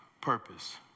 purpose